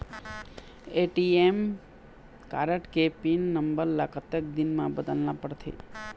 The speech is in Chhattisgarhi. ए.टी.एम कारड के पिन नंबर ला कतक दिन म बदलना पड़थे?